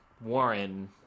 Warren